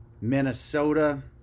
Minnesota